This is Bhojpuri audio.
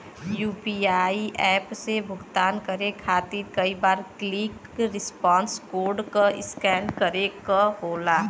यू.पी.आई एप से भुगतान करे खातिर कई बार क्विक रिस्पांस कोड क स्कैन करे क होला